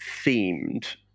themed